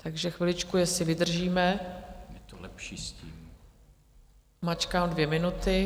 Takže chviličku, jestli vydržíme, mačkám dvě minuty.